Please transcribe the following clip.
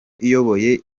iyoboye